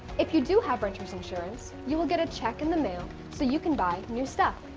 if you do have renter's insurance, you will get a check in the mail so you can buy new stuff.